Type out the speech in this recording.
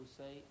say